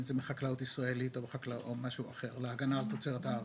אם זה מחקלאות ישראלית או משהו אחר להגנה על תוצרת הארץ.